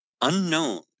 unknown